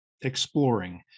exploring